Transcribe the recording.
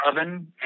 oven